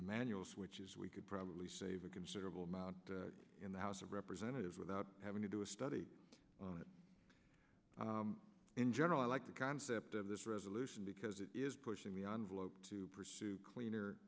manual switches we could probably save a considerable amount in the house of representatives without having to do a study on it in general i like the concept of this resolution because it is pushing the envelope to pursue cleaner